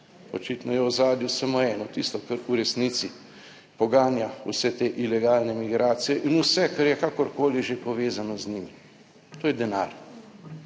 Očitno je v ozadju samo eno, tisto, kar v resnici poganja vse te ilegalne migracije in vse, kar je kakorkoli že povezano z njimi. To je denar,